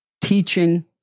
teaching